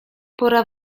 pora